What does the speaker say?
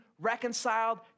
reconciled